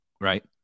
Right